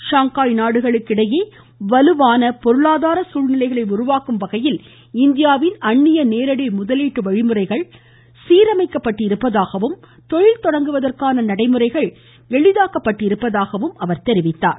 Shanghai நாடுகளுக்கு இடையே வலுவான பொருளாதார சூழ்நிலைகளை உருவாக்கும் விதமாக இந்தியாவில் அன்னிய நேரடி முதலீட்டு வழிமுறைகள் புனரமைக்கப்பட்டுள்ளதாகவும் தொழில் தொடங்குவதற்கான நடைமுறைகள் எளிமைப்படுத்தப்பட்டிருப்பதாகவும் கூறினார்